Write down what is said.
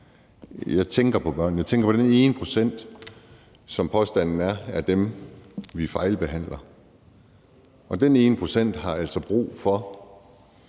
Jeg tænker på børnene. Jeg tænker på den ene procent, som påstanden er er dem, vi fejlbehandler. Og den ene procent har altså brug for,